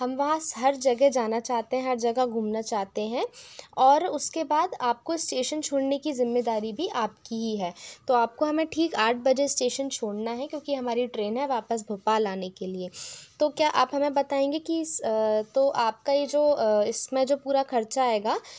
हम वहाँ हर जगह जाना चाहते हैं हर जगह घूमना चाहते हैं और उसके बाद आपको स्टेशन छोड़ने की ज़िम्मेदारी भी आपकी ही है तो आपको हमें ठीक आठ बजे स्टेशन छोड़ना है क्यूोंकि हमारी ट्रेन है वापस भोपाल आने के लिए तो क्या आप हमें बताएंगे कि इस तो आपका ये जो इसमें जो पूरा खर्चा आएगा